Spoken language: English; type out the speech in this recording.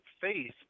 faith